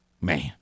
man